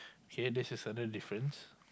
okay this is another different